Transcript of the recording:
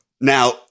Now